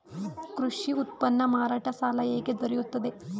ಕೃಷಿ ಉತ್ಪನ್ನ ಮಾರಾಟ ಸಾಲ ಹೇಗೆ ದೊರೆಯುತ್ತದೆ?